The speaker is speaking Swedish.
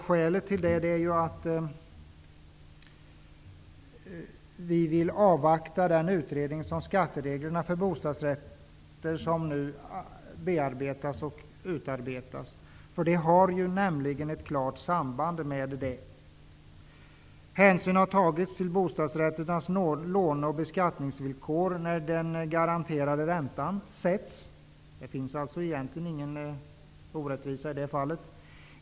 Skälet till det är att vi vill avvakta den utredning om skattereglerna för bostadsrätter som nu görs. Det finns nämligen ett klart samband. Hänsyn har tagits till bostadsrätternas låne och beskattningsvillkor när den garanterade räntan satts. Det finns alltså egentligen ingen orättvisa i det fallet.